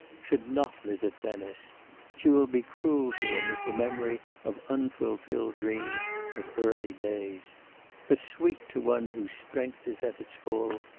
should not visit venice she will be cruel to him as the memory of unfulfilled dreams of early days but sweet to one whose strength is at its full,